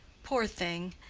poor thing!